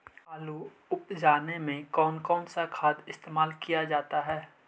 आलू उप जाने में कौन कौन सा खाद इस्तेमाल क्या जाता है?